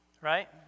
right